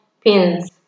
pins